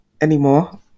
anymore